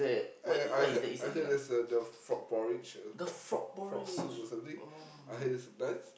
I I heard I heard there's uh the frog porridge frog frog frog soup or something I heard it's nice